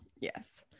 Yes